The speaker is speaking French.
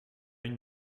une